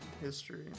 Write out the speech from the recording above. history